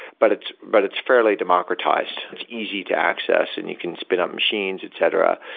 but it's but it's fairly democratized. it's easy to access and you can spin up machines, etc.